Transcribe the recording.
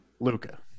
Luca